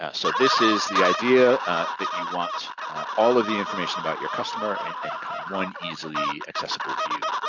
ah so this is the idea that you want all of the information about your customer in and and kind of one easily accessible view,